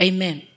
Amen